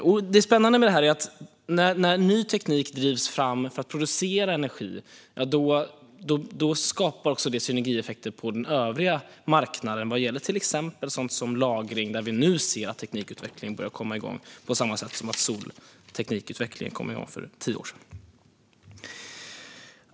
Det som är spännande med detta är att när ny teknik drivs fram för att producera energi skapar det synergieffekter på den övriga marknaden vad gäller till exempel sådant som lagring, där vi ser att teknikutvecklingen börjar komma igång nu på samma sätt som solteknikutvecklingen kom igång för tio år sedan.